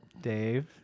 Dave